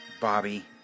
Bobby